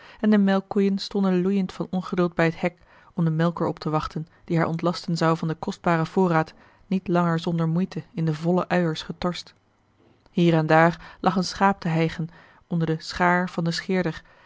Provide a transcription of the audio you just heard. en de melkkoeien stonden loeiend van ongeduld bij het hek om den melker op te wachten die haar ontlasten zou van den kostbaren voorraad niet langer zonder moeite in de volle uiers getorst hier en daar lag een schaap te hijgen onder de schaar van den